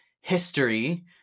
history